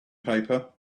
paper